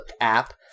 app